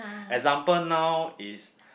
example now is